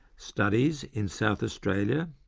studies in south australia,